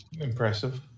Impressive